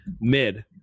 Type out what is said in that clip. Mid